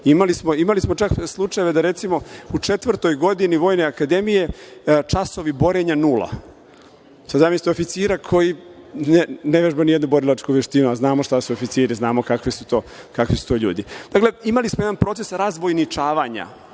imali. Imali smo čak slučajeve da, recimo, u četvrtoj godini Vojne akademije časovi borenja nula. Zamislite oficira koji ne vežba ni jednu borilačku veštinu, a znamo šta su oficiri, znamo kakvi su to ljudi. Dakle, imali smo jedan proces razvojničavanja